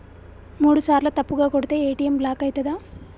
మూడుసార్ల తప్పుగా కొడితే ఏ.టి.ఎమ్ బ్లాక్ ఐతదా?